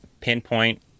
pinpoint